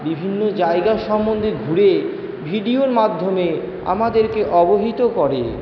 বিভিন্ন জায়গা সম্বন্ধে ঘুরে ভিডিওর মাধ্যমে আমাদেরকে অবহিত করে